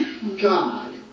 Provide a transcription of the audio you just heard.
God